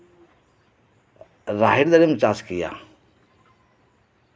ᱨᱟᱦᱮᱲ ᱫᱟᱨᱮᱢ ᱪᱟᱥ ᱠᱮᱭᱟ